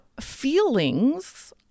feelings